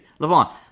LeVon